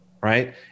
right